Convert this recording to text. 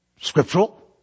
scriptural